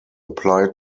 apply